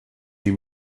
die